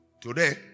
Today